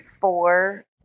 four